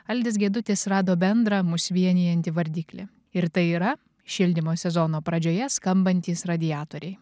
aldis gedutis rado bendrą mus vienijantį vardiklį ir tai yra šildymo sezono pradžioje skambantys radiatoriai